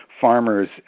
farmers